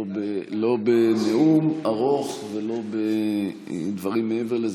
לא בנאום ארוך, ולא דברים מעבר לזה.